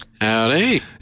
Howdy